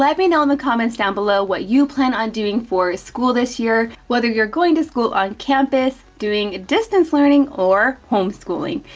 like me know in the comments down below, what you plan on doing for school this year, whether you're going to school on campus, doing distance learning, or homeschooling.